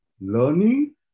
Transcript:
learning